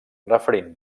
referint